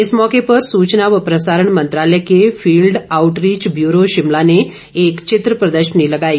इस मौके पर सूचना व प्रसारण मंत्रालय के फील्ड आऊटरीच ब्यूरो शिमला ने एक चित्र प्रदर्शन लगाई